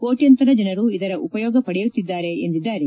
ಕೋಟ್ನಂತರ ಜನರು ಇದರ ಉಪಯೋಗ ಪಡೆಯುತ್ತಿದ್ದಾರೆ ಎಂದಿದ್ದಾರೆ